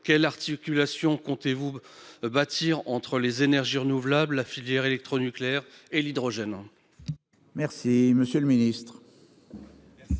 Quelle articulation comptez-vous bâtir entre les énergies renouvelables, la filière électronucléaire et l'hydrogène ?